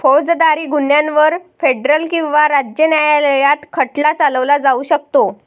फौजदारी गुन्ह्यांवर फेडरल किंवा राज्य न्यायालयात खटला चालवला जाऊ शकतो